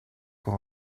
pour